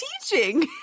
teaching